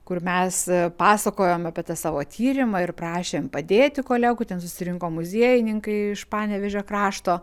kur mes pasakojom apie tą savo tyrimą ir prašėm padėti kolegų ten susirinko muziejininkai iš panevėžio krašto